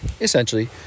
essentially